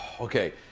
Okay